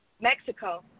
Mexico